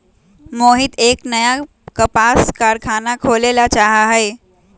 मोहित एक नया कपास कारख़ाना खोले ला चाहा हई